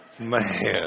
man